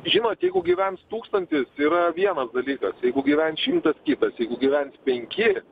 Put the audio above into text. žinot jeigu gyvens tūkstantis yra vienas dalykas jeigu gyvens šimtas kitas jeigu gyvens penki